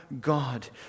God